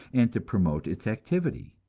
and to promote its activity?